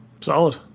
Solid